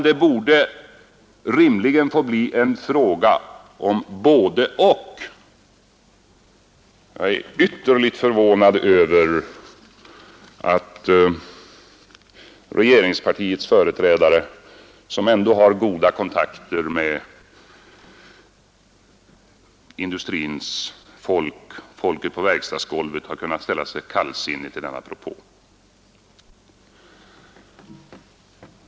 Det bör rimligen vara en fråga om både-och. Jag är ytterligt förvånad över att regeringspartiets företrädare, som ändå har goda kontakter med industrins folk, med folket på verkstadsgolvet, har kunnat ställa sig kallsinniga till denna propå.